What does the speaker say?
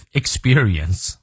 experience